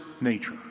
nature